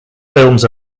films